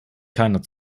keiner